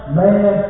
man